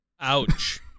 Ouch